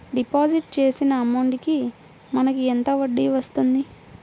Deposit చేసిన amount కి మనకి ఎంత వడ్డీ వస్తుంది?